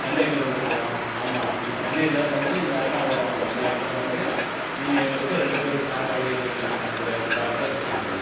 சென்னையில வந்திருக்குறோம் ஆமாம் சென்னையில வந்து இந்த அயனாவரம் இந்த இடத்துல வந்து நீங்கள் எங்களுக்கு ரெண்டு பேருக்கு சாப்பாடு எங்களுக்கு இந்த இந்த அட்ரஸ்ஸுக்கு கொடுக்கணும்